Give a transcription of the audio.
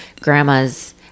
grandma's